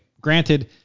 granted